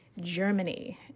Germany